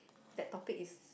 that topic is